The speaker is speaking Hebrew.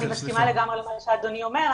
אני מסכימה לגמרי עם מה שאדוני אומר,